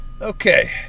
Okay